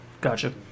Gotcha